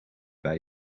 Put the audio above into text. bij